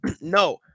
No